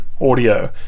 audio